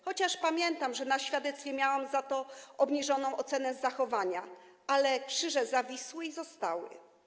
Chociaż pamiętam, że na świadectwie miałam za to obniżoną ocenę z zachowania, ale krzyże zawisły i zostały.